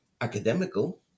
academical